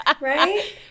Right